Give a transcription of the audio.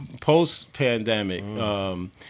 Post-pandemic